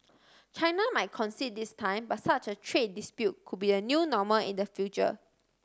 China might concede this time but such a trade dispute could be the new normal in the future